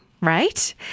right